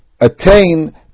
attain